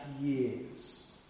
years